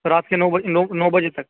رات کے نو نو بجے تک